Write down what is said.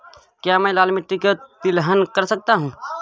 क्या मैं लाल मिट्टी में तिलहन कर सकता हूँ?